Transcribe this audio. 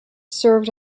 served